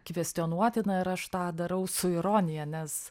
kvestionuotina ir aš tą darau su ironija nes